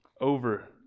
over